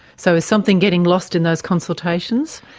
so is something getting lost in those consultations?